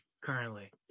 currently